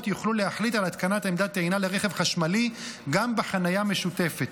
יוכלו להחליט על התקנת עמדת טעינה לרכב חשמלי גם בחניה משותפת,